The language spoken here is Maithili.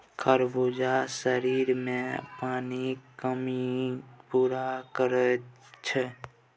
खरबूजा शरीरमे पानिक कमीकेँ पूरा करैत छै